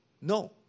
No